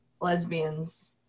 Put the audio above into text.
lesbians